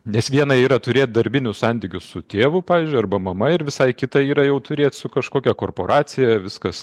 nes viena yra turėt darbinių santykių su tėvu pavyzdžiui arba mama ir visai kita yra jau turėt su kažkokia korporacija viskas